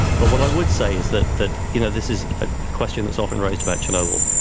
but what i would say is that that you know this is a question that's often raised about chernobyl,